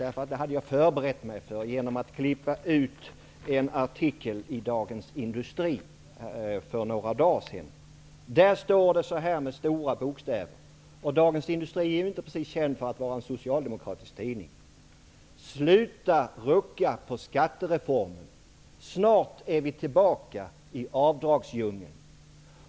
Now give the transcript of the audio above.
Det hade jag förberett mig för genom att spara en artikel från Dagens Industri, som ju inte precis är känd för att vara en socialdemokratisk tidning. Artikeln inleds med stora bokstäver: ''Sluta rucka på skattereformen. Snart är vi tillbaka i avdragsdjungeln.''